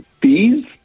Bees